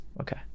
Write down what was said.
Okay